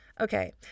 Okay